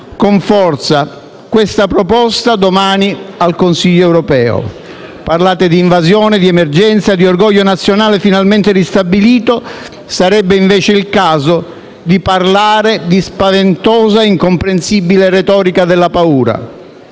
con forza questa proposta domani al Consiglio europeo. Parlate di invasione, di emergenza, di orgoglio nazionale finalmente ristabilito; sarebbe invece il caso di parlare di spaventosa e incomprensibile retorica della paura.